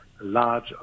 large